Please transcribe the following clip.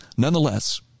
Nonetheless